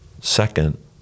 Second